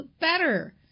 better